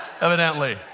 evidently